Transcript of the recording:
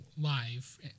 live